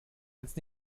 als